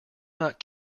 not